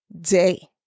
day